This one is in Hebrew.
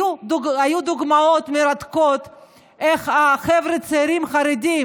היו דוגמאות מרתקות איך החבר'ה החרדים הצעירים,